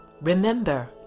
Remember